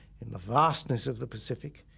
in the vastness of the pacific,